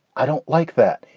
i don't like that.